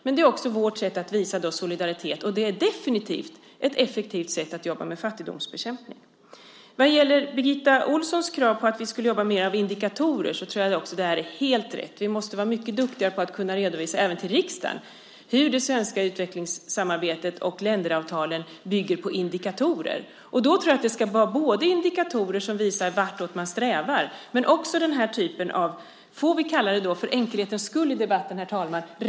Men det är också vårt sätt att visa solidaritet, och det är definitivt ett effektivt sätt att jobba med fattigdomsbekämpning. Vad gäller Birgitta Ohlssons krav på att vi ska jobba mer med indikatorer tror jag också att det är helt rätt. Vi måste bli mycket duktigare på att redovisa, även till riksdagen, hur det svenska utvecklingssamarbetet och länderavtalen bygger på indikatorer. Jag tror att det ska vara både indikatorer som visar vartåt man strävar och den här typen av repressaliesystem - om vi får kalla dem så för enkelhetens skull i debatten, herr talman.